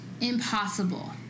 impossible